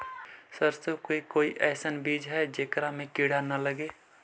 सरसों के कोई एइसन बिज है जेकरा में किड़ा न लगे?